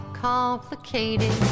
complicated